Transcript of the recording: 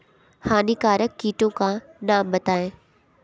हानिकारक कीटों के नाम बताएँ?